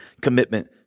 commitment